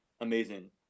amazing